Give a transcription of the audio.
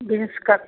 beans का